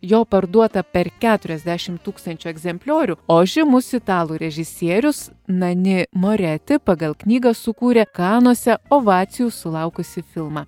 jo parduota per keturiasdešim tūkstančių egzempliorių o žymus italų režisierius nani moreti pagal knygą sukūrė kanuose ovacijų sulaukusį filmą